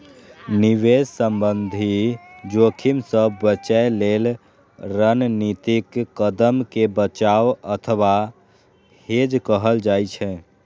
निवेश संबंधी जोखिम सं बचय लेल रणनीतिक कदम कें बचाव अथवा हेज कहल जाइ छै